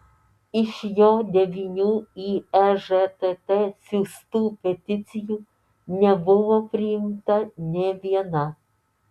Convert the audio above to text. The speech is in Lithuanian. iš jo devynių į ežtt siųstų peticijų nebuvo priimta nė viena